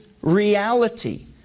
reality